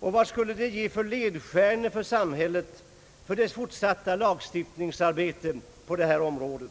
och vilka ledstjärnor skulle det kunna ge för samhällets fortsatta lagstiftningsarbete på det här området?